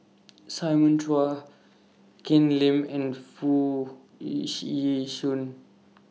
Simon Chua Ken Lim and Foo Yu Yee Shoon